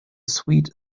sweet